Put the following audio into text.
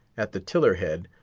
at the tiller-head,